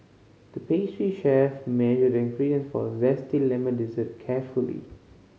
the pastry chef measured the ingredient for zesty lemon dessert carefully